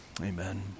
Amen